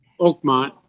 Oakmont